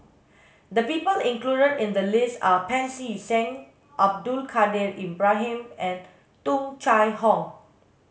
the people included in the list are Pancy Seng Abdul Kadir Ibrahim and Tung Chye Hong